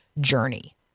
journey